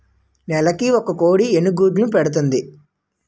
నెలకి ఒక కోడి ఎన్ని గుడ్లను పెడుతుంది?